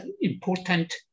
important